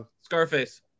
Scarface